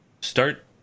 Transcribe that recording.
Start